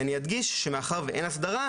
אני אדגיש שמאחר ואין הסדרה,